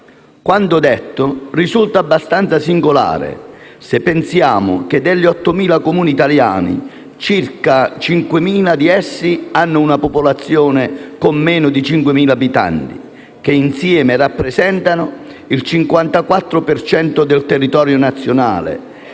Quanto detto risulta abbastanza singolare se pensiamo che degli 8.000 Comuni italiani, circa 5.000 di essi hanno una popolazione inferiore ai 5.000 abitanti, che insieme rappresentano il 54 per cento del territorio nazionale